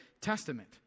Testament